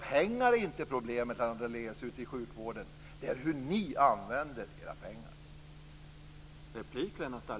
Pengar är inte problemet i sjukvården, Lennart Daléus, utan hur ni använder era pengar.